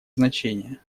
значение